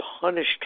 punished